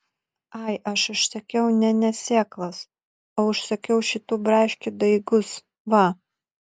ai aš užsakiau ne ne sėklas o užsakiau šitų braškių daigus va